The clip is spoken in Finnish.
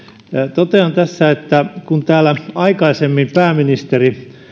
totean tässä että kun täällä aikaisemmin pääministeri